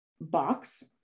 box